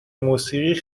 موسیقی